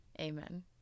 Amen